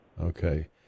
Okay